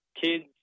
Kids